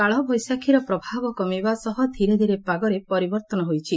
କାଳବୈଶାଖୀର ପ୍ରଭାବ କମିବା ସହ ଧୀରେଧୀରେ ପାଗରେ ପରିବର୍ଉନ ହୋଇଛି